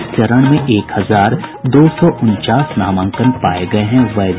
इस चरण में एक हजार दो सौ उनचास नामांकन पाये गये हैं वैध